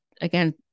again